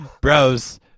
Bros